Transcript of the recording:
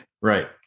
Right